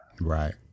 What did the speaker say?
Right